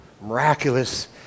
miraculous